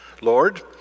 Lord